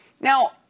now